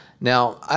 now